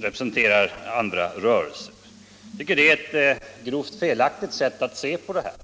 representerar andra rörelser. Jag anser att det är ett grovt felaktigt sätt att se på det hela.